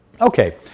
Okay